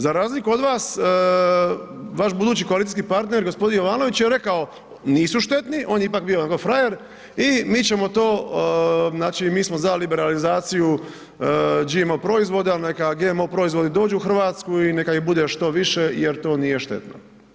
Za razliku od vas, vaš budući koalicijski partner, g. Jovanović je rekao nisu štetni, on je ipak bio onako frajer i mi ćemo to znači, mi smo za liberalizaciju GMO proizvoda, neka GMO proizvodi dođu u Hrvatsku i neka ih bude što više jer to nije štetno.